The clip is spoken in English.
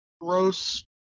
gross